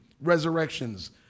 resurrections